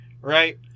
right